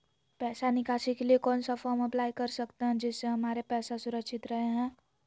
पैसा निकासी के लिए कौन सा फॉर्म अप्लाई कर सकते हैं जिससे हमारे पैसा सुरक्षित रहे हैं?